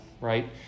right